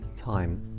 time